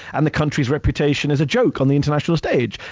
and the country's reputation is a joke on the international stage.